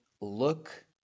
look